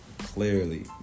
clearly